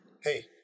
Hey